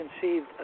conceived